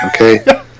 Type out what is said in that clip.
Okay